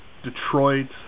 Detroit